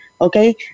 Okay